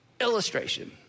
illustration